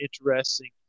interesting